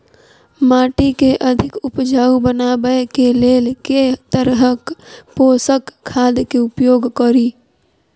माटि केँ अधिक उपजाउ बनाबय केँ लेल केँ तरहक पोसक खाद केँ उपयोग करि?